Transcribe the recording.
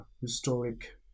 historic